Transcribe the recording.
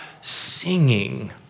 singing